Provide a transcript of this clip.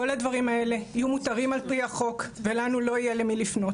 כל הדברים האלה יהיו מותרים על פי החוק ולנו לא יהיה למי לפנות,